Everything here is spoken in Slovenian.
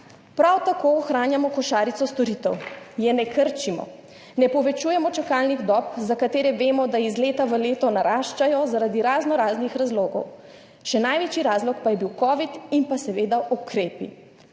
Prav tako ohranjamo košarico storitev, je ne krčimo. Ne povečujemo čakalnih dob, za katere vemo, da iz leta v leto naraščajo zaradi raznoraznih razlogov. Še največji razlog pa je bil covid in seveda ukrepi.